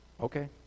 Okay